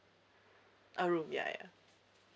a room ya ya